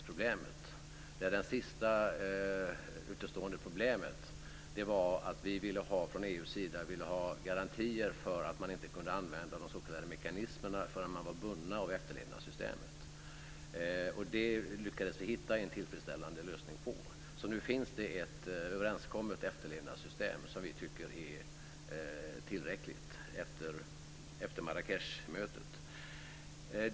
Fru talman! En del i lösningen i Marrakech var just efterlevnadsproblemet. Det är det sista utestående problemet. Från EU:s sida ville vi ha garantier för att man inte skulle kunna använda de s.k. mekanismerna förrän man var bunden av efterlevnadssystemet. Vi lyckades hitta en tillfredsställande lösning på det, så nu finns det ett överenskommet efterlevnadssystem som vi tycker är tillräckligt efter Marrakechmötet.